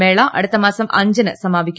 മേള അടുത്ത മാസം അഞ്ചിന് സമാപിക്കും